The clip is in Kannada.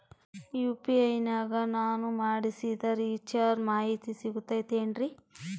ಯು.ಪಿ.ಐ ನಾಗ ನಾನು ಮಾಡಿಸಿದ ರಿಚಾರ್ಜ್ ಮಾಹಿತಿ ಸಿಗುತೈತೇನ್ರಿ?